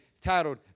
titled